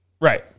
Right